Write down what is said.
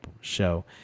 show